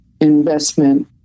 investment